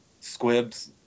squibs